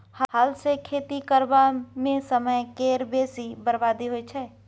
हल सँ खेती करबा मे समय केर बेसी बरबादी होइ छै